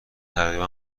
تقریبا